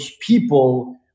people